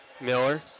Miller